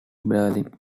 berlin